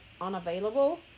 unavailable